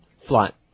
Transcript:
Flat